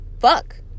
fuck